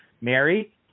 Mary